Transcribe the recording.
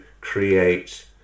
create